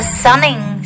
sunning